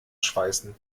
schweißen